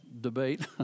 debate